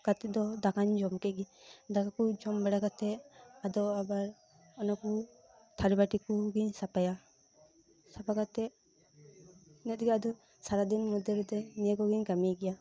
ᱠᱟᱛᱮᱫ ᱫᱚ ᱫᱟᱠᱟᱧ ᱡᱚᱢ ᱠᱮᱫ ᱜᱮ ᱫᱟᱠᱟ ᱠᱚ ᱡᱚᱢ ᱵᱟᱲᱟ ᱠᱟᱛᱮᱫ ᱟᱫᱚ ᱟᱵᱟᱨ ᱚᱱᱟᱠᱚ ᱛᱷᱟᱹᱨᱤ ᱵᱟᱹᱴᱤ ᱠᱚ ᱜᱮᱧ ᱥᱟᱯᱷᱟᱭᱟ ᱥᱟᱯᱷᱟ ᱠᱟᱛᱮᱫ ᱤᱱᱟᱹᱜ ᱛᱮᱜᱮ ᱟᱫᱚ ᱥᱟᱨᱟᱫᱤᱱ ᱢᱚᱫᱽᱫᱷᱮ ᱨᱮᱫᱚ ᱱᱤᱭᱟᱹ ᱠᱚᱜᱮᱧ ᱠᱟᱹᱢᱤ ᱜᱮᱭᱟ